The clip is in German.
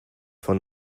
von